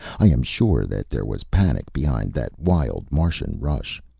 i am sure that there was panic behind that wild martian rush.